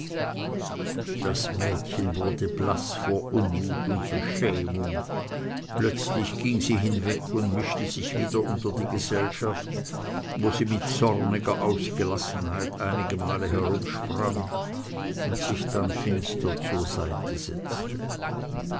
das mädchen wurde blaß vor unmut und beschämung plötzlich ging sie hinweg und mischte sich wieder unter die gesellschaft wo sie mit zorniger ausgelassenheit einigemal herumsprang und sich dann finster zur seite setzte